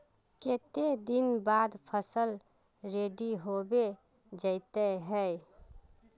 केते दिन बाद फसल रेडी होबे जयते है?